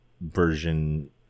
version